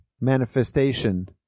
manifestation